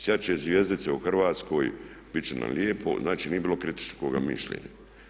Sjati će zvjezdice u Hrvatskoj, biti će nam lijepo, znači nije bilo kritičkoga mišljenja.